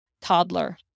toddler